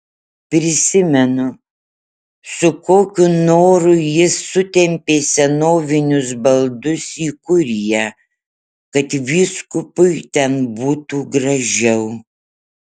prisimenu su kokiu noru jis sutempė senovinius baldus į kuriją kad vyskupui ten būtų gražiau